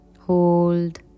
Hold